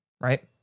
right